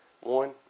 one